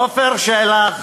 עפר שלח,